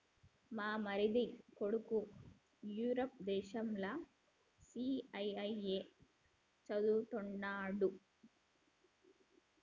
మా మరిది కొడుకు యూరప్ దేశంల సీఐఐఏ చదవతండాడు